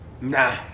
Nah